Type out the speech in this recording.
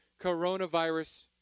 Coronavirus